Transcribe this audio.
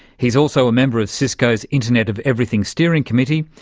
he's also a member of cisco's internet of everything steering committee.